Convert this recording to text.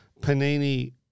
Panini